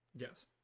yes